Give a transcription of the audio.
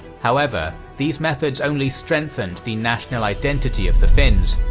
however, these methods only strengthened the national identity of the finns,